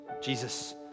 Jesus